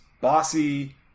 bossy